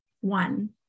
One